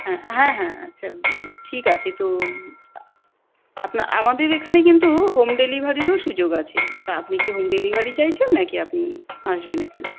হ্যাঁ হ্যাঁ হ্যাঁ আচ্ছা ঠিক আছে তো আপনার আমাদের এখানে কিন্তু হোম ডেলিভারিরও সুযোগ আছে তা আপনি কি হোম ডেলিভারি চাইছেন না কি আপনি আসবেন এখানে